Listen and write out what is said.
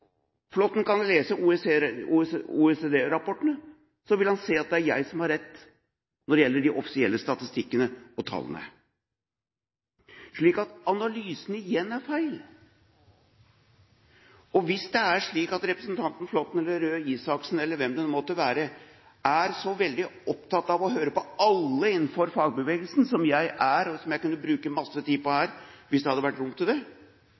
Flåtten kan lese OECD-rapportene, så vil han se at det er jeg som har rett når det gjelder de offisielle statistikkene og tallene. Så analysene er igjen feil. Hvis det er slik at representanten Flåtten eller representanten Røe Isaksen, eller hvem det måtte være, er så veldig opptatt av å høre på alle innenfor fagbevegelsen – som jeg er, og som jeg kunne brukt masse tid på her, hvis det hadde vært rom for det – hvorfor stemmer de ikke i samsvar med det